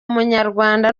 umunyarwanda